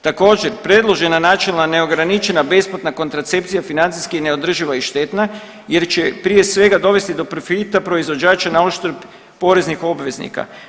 Također predložena načelna neograničena besplatna kontracepcija financijski je neodrživa i štetna jer će prije svega dovesti do profita proizvođača na uštrb poreznih obveznika.